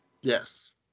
Yes